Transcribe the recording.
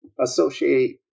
associate